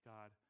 God